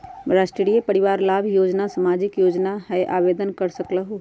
राष्ट्रीय परिवार लाभ योजना सामाजिक योजना है आवेदन कर सकलहु?